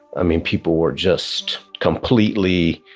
i mean, people were just completely